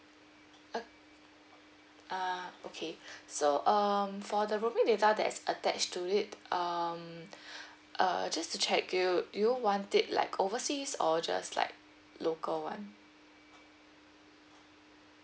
uh uh okay so um for the roaming data that is attached to it um uh just to check you do you want it like overseas or just like local one